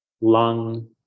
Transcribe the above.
lung